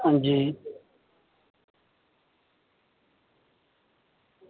हां जी